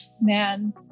man